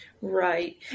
Right